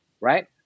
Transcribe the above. right